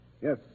Yes